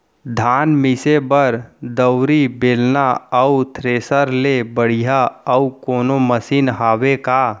धान मिसे बर दउरी, बेलन अऊ थ्रेसर ले बढ़िया अऊ कोनो मशीन हावे का?